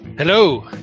Hello